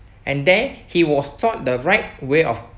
and then he was taught the right way of